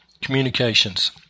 communications